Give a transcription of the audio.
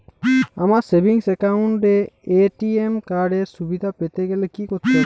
আমার savings account এ ATM card এর সুবিধা পেতে গেলে কি করতে হবে?